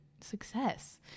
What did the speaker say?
success